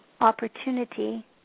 opportunity